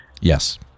Yes